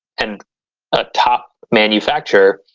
and a top manufacturer.